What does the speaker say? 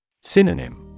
Synonym